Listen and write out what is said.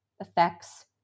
effects